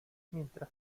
mientras